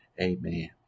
Amen